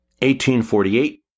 1848